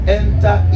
enter